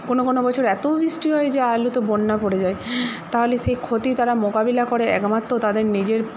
কোন কোন বছর এতো বৃষ্টি হয় যে আলুতে বন্যা পড়ে যায় তাহলে সেই ক্ষতি তারা মোকাবিলা করে একমাত্র তাদের নিজের